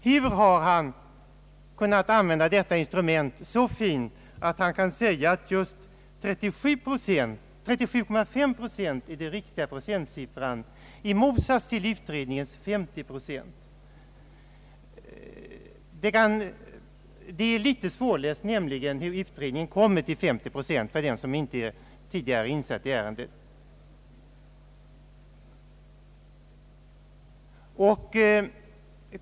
Hur har statsrådet kunnat använda detta instrument så fint att han kan säga att just 37,5 procent är den riktiga siffran — i motsats till utredningens 50 procent? För den som tidigare inte är insatt i ärendet är det nämligen litet svårt att läsa ut hur utredningen kommer till 50 procent.